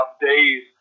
days